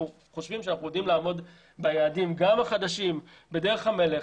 אנחנו חושבים שאנחנו יודעים לעמוד גם ביעדים החדשים בדרך המלך,